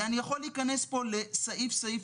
ואני יכול להיכנס כאן לסעיף סעיף.